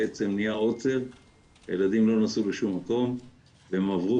בעצם מהעוצר הילדים לא נסעו לשום מקום והם עברו